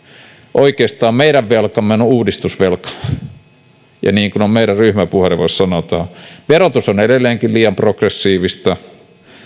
oikeastaan meidän pahin velkamme on uudistusvelka niin kuin meidän ryhmäpuheenvuorossa sanotaan verotus on edelleenkin liian progressiivista